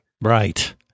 right